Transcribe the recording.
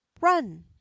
Run